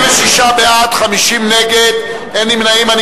26 בעד, 50 נגד, אין נמנעים.